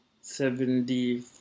seventy